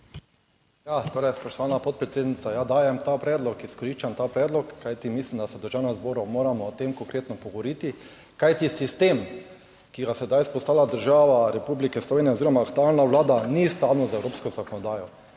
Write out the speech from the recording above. (PS SDS): Spoštovana podpredsednica, ja, dajem ta predlog, izkoriščam ta predlog, kajti mislim, da se v Državnem zboru moramo o tem konkretno pogovoriti, kajti sistem, ki ga sedaj vzpostavlja država Republika Slovenija oziroma aktualna vlada, ni v skladu z evropsko zakonodajo.